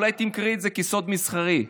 אולי תמכרי את זה כסוד מסחרי,